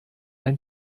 ein